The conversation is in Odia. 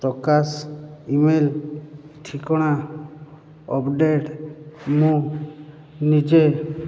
ପ୍ରକାଶ ଇ ମେଲ୍ ଠିକଣା ଅପଡ଼େଟ୍ ମୁଁ ନିଜେ